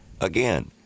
Again